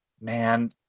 man